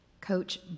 Coach